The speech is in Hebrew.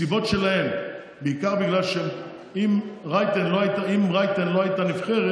מסיבות שלהם, בעיקר בגלל שאם רייטן לא הייתה נבחרת